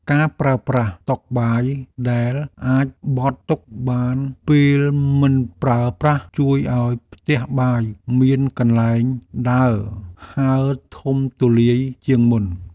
ការប្រើប្រាស់តុបាយដែលអាចបត់ទុកបានពេលមិនប្រើប្រាស់ជួយឱ្យផ្ទះបាយមានកន្លែងដើរហើរធំទូលាយជាងមុន។